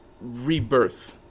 rebirth